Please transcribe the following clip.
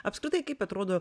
apskritai kaip atrodo